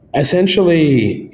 essentially,